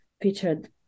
featured